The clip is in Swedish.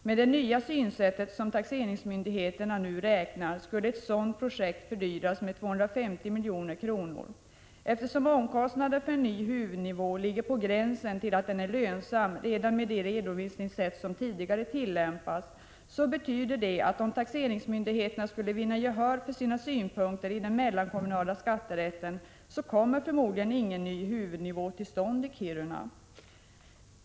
Med det nya synsätt som taxeringsmyndigheterna nu räknar skulle ett sådant projekt fördyras med ca 250 milj.kr. Eftersom omkostnaderna för en ny huvudnivå ligger på gränsen till att den skall vara lönsam redan med det redovisningssätt som tidigare tillämpats, betyder det att någon ny huvudnivå i Kiruna förmodligen inte kommer till stånd om taxeringsmyndigheterna skulle vinna gehör för sina synpunkter i den mellankommunala skatterätten.